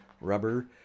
Rubber